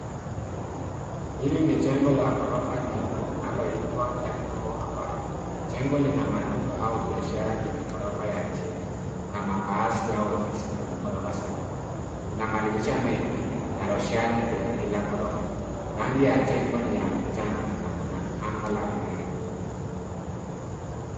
Hili ni jengo la ghorofa nyingi linaloitwa m4 apartments. Jengo lina maduka au biashara kwenye ghorofa la chini na makazi au ofisi kwenye ghorofa za juu. Kuna madirisha mengi na roshani kwa kila ghorofa . Rangi ya jengo ni ya mchanga na kuna anga la bluu.